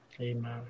Amen